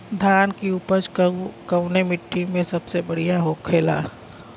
धान की उपज कवने मिट्टी में सबसे बढ़ियां होखेला?